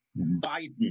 Biden